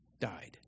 died